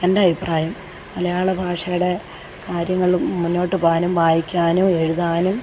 എൻ്റെ അഭിപ്രായം മലയാളഭാഷയുടെ കാര്യങ്ങളും മുന്നോട്ടു പോകാനും വായിക്കാനും എഴുതാനും